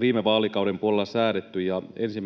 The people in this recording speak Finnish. viime vaalikauden puolella säädetty ja 1.